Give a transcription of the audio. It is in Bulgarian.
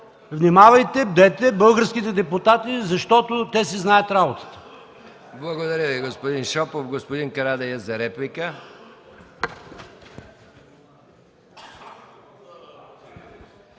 внимавайте, бдете българските депутати, защото те си знаят работата!